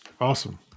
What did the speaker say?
Awesome